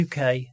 UK